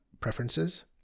preferences